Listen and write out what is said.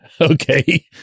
Okay